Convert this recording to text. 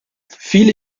viele